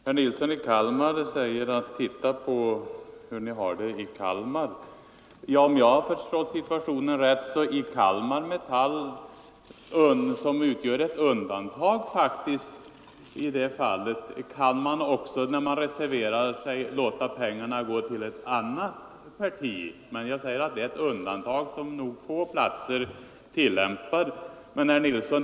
Herr talman! Herr Nilsson i Kalmar säger att vi skall titta på hur vårt parti har det i Kalmar. Om jag har förstått situationen rätt, så utgör Metall i Kalmar faktiskt ett undantag. Där kan man, när man reserverar sig, låta pengarna gå till ett annat parti, men det är nog på få platser man tillämpar den principen.